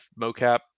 mocap